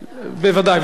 בוודאי.